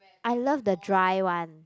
I love the dry one